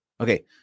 Okay